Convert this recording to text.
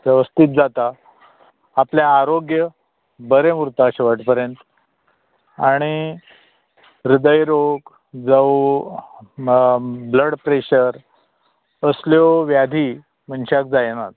वेवस्थीत जाता आपलें आरोग्य बरें उरता शेवट पर्यंत आनी ह्रदय रोग जावूं ब्लड प्रेशर कसल्यो व्यादी मनशाक जायनात